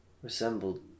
Resembled